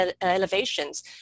elevations